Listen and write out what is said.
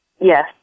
Yes